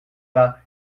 pas